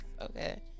Okay